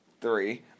Three